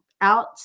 out